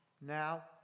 now